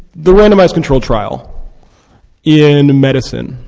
the randomized control trial in medicine